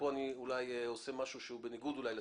ופה אני עושה אולי משהו שהוא בניגוד לסיכום.